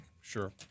sure